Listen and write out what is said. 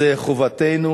זו חובתנו